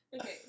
Okay